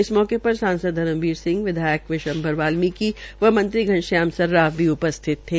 इस मौके पर सांसद धर्मवीर सिंह विधायक विरांभर वाल्मीकी व मंत्री घनश्याम सर्राफ भी उपस्थित थे